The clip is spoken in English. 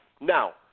now